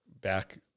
back